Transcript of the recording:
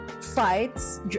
fights